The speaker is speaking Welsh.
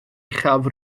uchaf